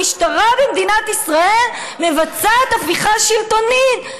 המשטרה במדינת ישראל מבצעת הפיכה שלטונית.